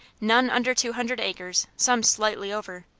none under two hundred acres, some slightly over,